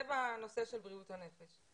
זה בנושא של בריאות הנפש.